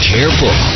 Careful